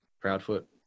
Proudfoot